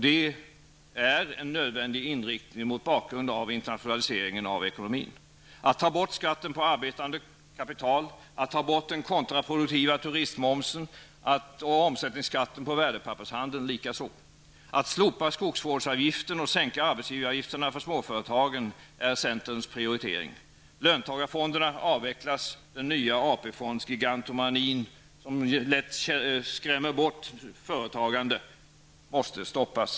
Detta är nödvändigt mot bakgrund av internationaliseringen av ekonomin liksom det är nödvändigt att ta bort skatten på arbetande kapital och att ta bort den kontraproduktiva turistmomsen och omsättningsskatten på värdepappershandeln. Att slopa skogsvårdsavgiften och sänka arbetsgivaravgifterna för småföretagen är centerns prioritering. Löntagarfonderna avvecklas, och den nya AP-fondsgigantomanin -- som lätt skrämmer bort företagandet -- måste stoppas.